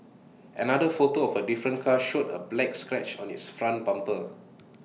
another photo of A different car showed A black scratch on its front bumper